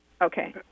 Okay